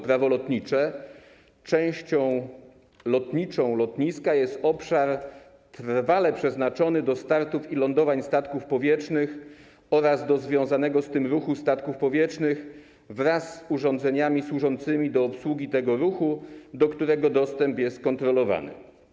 Prawo lotnicze częścią lotniczą lotniska jest obszar trwale przeznaczony do startów i lądowań statków powietrznych oraz do związanego z tym ruchu statków powietrznych wraz z urządzeniami służącymi do obsługi tego ruchu, do którego dostęp jest kontrolowany.